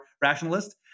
rationalist